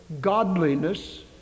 Godliness